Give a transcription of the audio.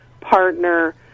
partner